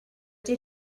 did